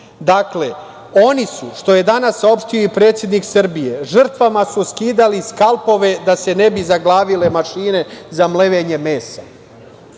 Dakle, oni su, što je danas saopštio i predsednik Srbije, žrtvama skidali skalpove da se ne bi zaglavile mašine za mlevenje mesa.